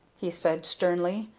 he said, sternly.